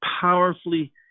powerfully